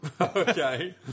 Okay